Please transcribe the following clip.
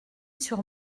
sur